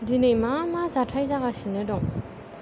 दिनै मा मा जाथाय जागासिनो दं